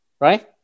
right